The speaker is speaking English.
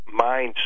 mindset